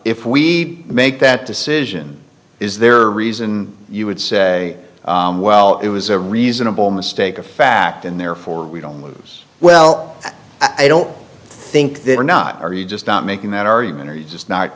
if we make that decision is there a reason you would say well it was a reasonable mistake of fact and therefore we don't lose well i don't think they're not are you just not making that argument are you just not